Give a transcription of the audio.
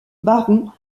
baron